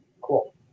cool